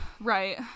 Right